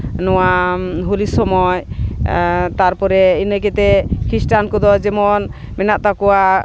ᱱᱚᱣᱟ ᱦᱳᱞᱤ ᱥᱚᱢᱚᱭ ᱛᱟᱨᱯᱚᱨᱮ ᱤᱱᱟᱹ ᱠᱟᱛᱮᱫ ᱠᱷᱨᱤᱥᱴᱟᱱ ᱠᱚᱫᱚ ᱢᱮᱱᱟᱜ ᱛᱟᱠᱳᱣᱟ